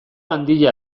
handia